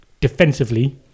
defensively